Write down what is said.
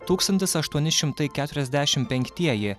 tūkstantis aštuoni šimtai keturiasdešimt penktieji